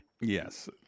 yes